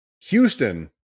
Houston